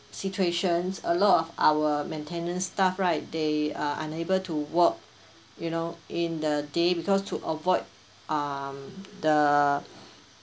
situation a lot of our maintenance staff right they are unable to work you know in the day because to avoid um the